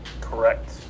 Correct